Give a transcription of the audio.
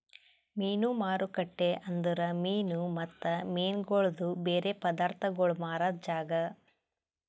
ಮೀನು ಮಾರುಕಟ್ಟೆ ಅಂದುರ್ ಮೀನು ಮತ್ತ ಮೀನಗೊಳ್ದು ಬೇರೆ ಪದಾರ್ಥಗೋಳ್ ಮಾರಾದ್ ಜಾಗ